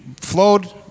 flowed